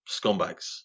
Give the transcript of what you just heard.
scumbags